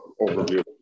overview